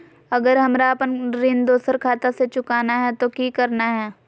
अगर हमरा अपन ऋण दोसर खाता से चुकाना है तो कि करना है?